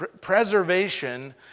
preservation